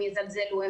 הם יזלזלו.